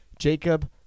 Jacob